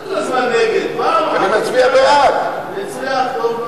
ההצעה להעביר את הנושא לוועדת הפנים והגנת הסביבה נתקבלה.